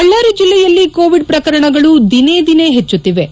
ಬಳ್ಳಾರಿ ಜಿಲ್ಲೆಯಲ್ಲಿ ಕೋವಿಡ್ ಪ್ರಕರಣಗಳು ದಿನೇ ದಿನೇ ಹೆಚ್ಚುತ್ತಿವೆ